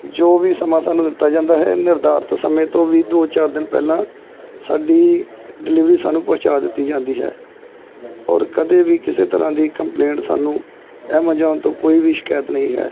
ਜੋ ਵੀ ਸਮਾਂ ਸਾਨੂੰ ਦਿੱਤਾ ਜਾਂਦਾ ਹੈ ਨਿਰਧਾਰਿਤ ਸਮੇਂ ਤੋਂ ਵੀ ਦੋ ਚਾਰ ਦਿਨ ਪਹਿਲਾਂ ਸਾਡੀ ਡਿਲੀਵਰੀ ਸਾਨੂੰ ਪਹੁੰਚਾ ਦਿੱਤੀ ਜਾਂਦੀ ਹੈ ਔਰ ਕਦੇ ਵੀ ਕਿਸੇ ਤਰ੍ਹਾਂ ਦੀ ਕੰਪਲੇਂਟ ਸਾਨੂੰ ਐਮਾਜੌਨ ਤੋਂ ਕੋਈ ਵੀ ਸ਼ਿਕਾਇਤ ਨਹੀਂ ਹੈ